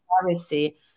privacy